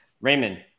raymond